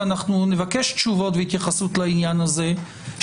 ונבקש תשובות לעניין הזה,